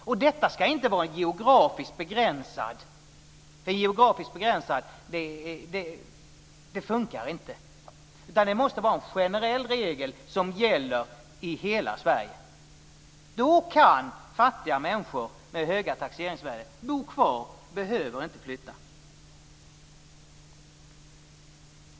Här ska det inte vara en geografisk begränsning, för det fungerar inte. I stället måste det vara en generell regel som gäller i hela Sverige. Då kan fattiga människor som har fastigheter med höga taxeringsvärden bo kvar. De behöver alltså inte flytta.